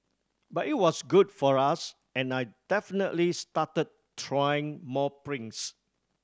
but it was good for us and I definitely started trying more prints